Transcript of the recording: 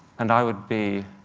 and i would be